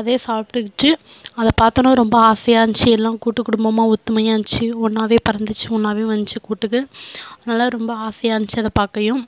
அதே சாப்பிட்டுக்கிச்சு அதை பார்த்தோன்ன ரொம்ப ஆசையாக இருந்துச்சு எல்லாம் கூட்டு குடும்பமாக ஒத்துமையாக இருந்துச்சு ஒன்றாவே பறந்துச்சு ஒன்றாவே வந்துச்சு கூட்டுக்கு அதனால ரொம்ப ஆசையாக இருந்துச்சு அதை பார்க்கயும்